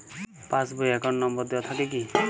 Pass বই এ account number দেওয়া থাকে কি?